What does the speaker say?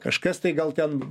kažkas tai gal ten